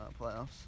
playoffs